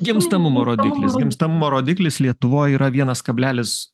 gimstamumo rodiklis gimstamumo rodiklis lietuvoje yra vienas kablelis